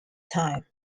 time